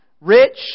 rich